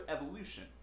evolution